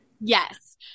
Yes